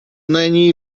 není